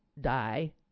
die